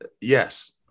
Yes